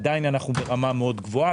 עדיין אנחנו ברמה מאוד גבוהה,